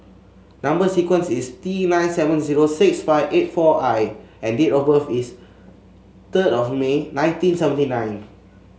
number sequence is T nine seven zero six five eight four I and date of birth is third of May nineteen seventy nine